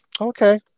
Okay